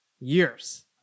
years